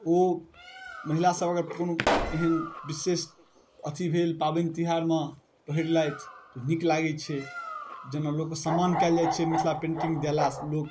ओ महिलासब अगर कोनो एहन विशेष अथी भेल पाबनितेहारमे पहिरलथि तऽ ओ नीक लागै छै जेना लोकके सम्मान कएल जाइ छै मिथिला पेन्टिङ्ग देलासँ लोक